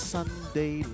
Sunday